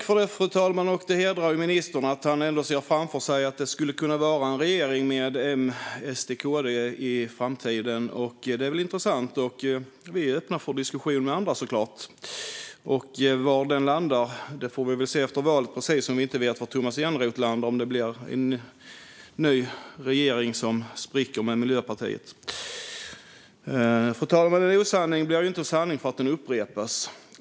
Fru talman! Det hedrar ministern att han ändå ser framför sig att det skulle kunna vara en regering med M, SD och KD i framtiden. Det är intressant. Vi är såklart också öppna för diskussion med andra. Var det landar får vi se efter valet - precis som vi inte vet var Tomas Eneroth landar. Blir det en ny regering med Miljöpartiet som spricker? Fru talman! En osanning blir inte en sanning för att den upprepas.